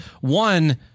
One